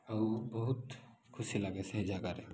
ଆଉ ବହୁତ ଖୁସି ଲାଗେ ସେହି ଜାଗାରେ